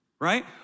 Right